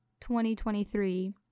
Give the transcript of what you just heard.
2023